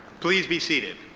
please be seated.